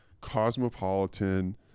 cosmopolitan